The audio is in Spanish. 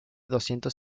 doscientos